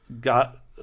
got –